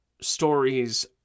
stories